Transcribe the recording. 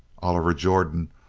oliver jordan,